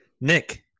Nick